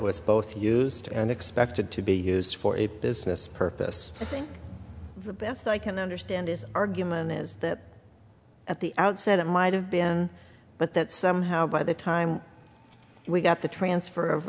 was both used and expected to be used for a business purpose i think the best i can understand his argument is that at the outset it might have been but that somehow by the time we got the transfer of